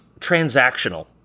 transactional